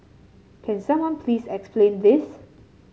can someone please explain this